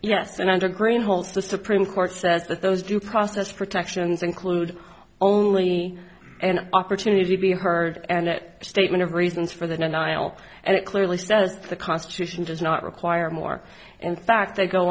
yes and under green holds the supreme court says that those due process protections include only an opportunity to be heard and a statement of reasons for the nihil and it clearly says the constitution does not require more in fact they go